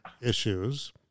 issues